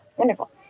Wonderful